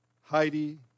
Heidi